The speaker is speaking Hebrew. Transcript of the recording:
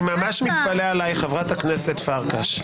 אני ממש מתפלא עלייך, חברת הכנסת פרקש.